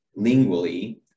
lingually